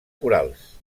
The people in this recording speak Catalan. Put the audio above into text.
corals